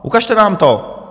Ukažte nám to!